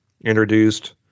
introduced